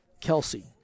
Kelsey